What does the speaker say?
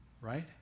Right